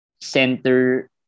center